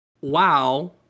wow